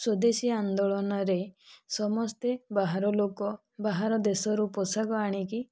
ସ୍ଵଦେଶୀ ଆନ୍ଦୋଳନରେ ସମସ୍ତେ ବାହାର ଲୋକ ବାହାର ଦେଶରୁ ପୋଷାକ ଆଣିକି